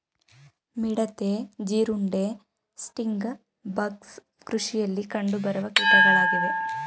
ಮಿಡತೆ, ಜೀರುಂಡೆ, stink bugs ಕೃಷಿಯಲ್ಲಿ ಕಂಡುಬರುವ ಕೀಟಗಳಾಗಿವೆ